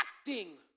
acting